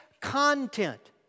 content